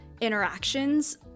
interactions